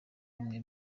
bimwe